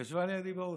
היא ישבה לידי באוטו.